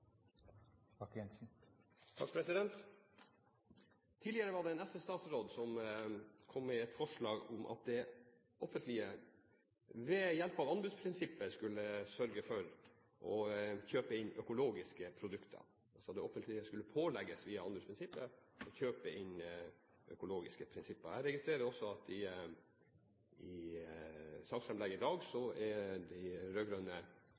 Tidligere var det en SV-statsråd som kom med et forslag om at det offentlige ved hjelp av anbudsprinsippet skulle sørge for å kjøpe inn økologiske produkter, altså at det offentlige skulle pålegges via anbudsprinsippet å kjøpe inn økologiske produkter. Jeg registrerer også i saksframlegget i dag at de